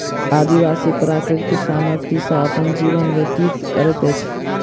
आदिवासी प्राकृतिक सामग्री सॅ अपन जीवन व्यतीत करैत अछि